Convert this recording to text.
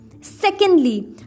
Secondly